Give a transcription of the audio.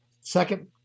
Second